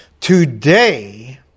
Today